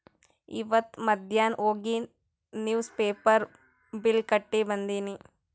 ಇವತ್ ಮಧ್ಯಾನ್ ಹೋಗಿ ನಿವ್ಸ್ ಪೇಪರ್ ಬಿಲ್ ಕಟ್ಟಿ ಬಂದಿನಿ